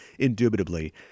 indubitably